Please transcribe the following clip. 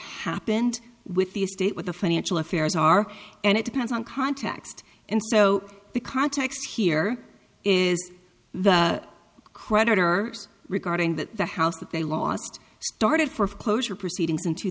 happened with the estate with the financial affairs are and it depends on context and so the context here is the creditor regarding that the house that they lost started for closure proceedings in two